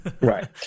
Right